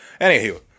Anywho